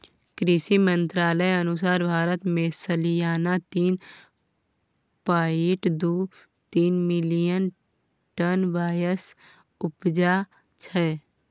कृषि मंत्रालयक अनुसार भारत मे सलियाना तीन पाँइट दु तीन मिलियन टन बाँसक उपजा छै